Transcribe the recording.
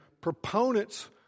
proponents